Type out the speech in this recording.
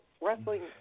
wrestling